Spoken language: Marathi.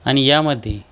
आणि यामध्ये